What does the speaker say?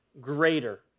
greater